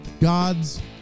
God's